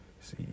See